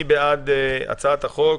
מי בעד הצעת החוק